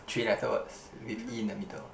three letter words with E in the middle